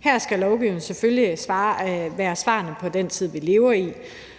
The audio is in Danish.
her skal lovgivningen selvfølgelig være svarende til den tid, vi lever i,